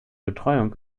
betreuung